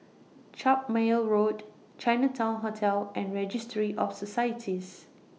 Carpmael Road Chinatown Hotel and Registry of Societies